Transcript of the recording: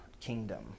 kingdom